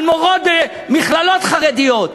על מורות במכללות חרדיות,